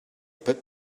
put